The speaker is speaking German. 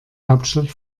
hauptstadt